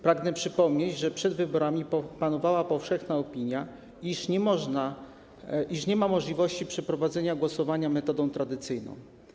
Pragnę przypomnieć, że przed wyborami panowała powszechna opinia, iż nie ma możliwości przeprowadzenia głosowania metodą tradycyjną.